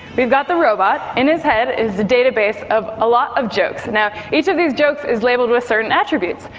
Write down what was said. we've got the robot, in his head is a database of a lot of jokes. now, each of these jokes is labelled with certain attributes.